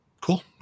cool